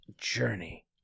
journey